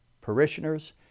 parishioners